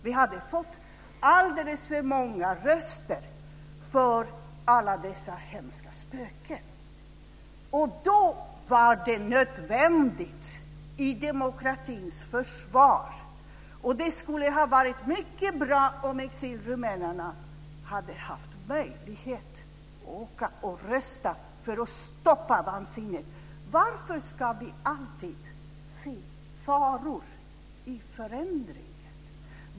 Vi hade fått alldeles för många röster för alla dessa hemska spöken. Och då var det nödvändigt i demokratins försvar. Det skulle ha varit mycket bra om exilrumänerna hade haft möjlighet att åka och rösta för att stoppa vansinnet. Varför ska vi alltid se faror i förändringen?